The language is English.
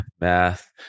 Math